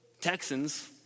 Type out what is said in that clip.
texans